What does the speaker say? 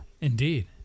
Indeed